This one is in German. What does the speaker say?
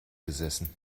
gesessen